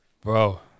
Bro